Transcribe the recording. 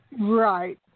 Right